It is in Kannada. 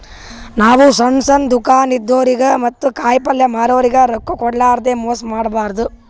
ನಾವ್ ಸಣ್ಣ್ ಸಣ್ಣ್ ದುಕಾನ್ ಇದ್ದೋರಿಗ ಮತ್ತ್ ಕಾಯಿಪಲ್ಯ ಮಾರೋರಿಗ್ ರೊಕ್ಕ ಕೋಡ್ಲಾರ್ದೆ ಮೋಸ್ ಮಾಡಬಾರ್ದ್